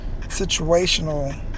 Situational